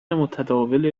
متداول